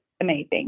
amazing